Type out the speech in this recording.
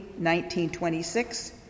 1926